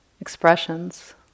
expressions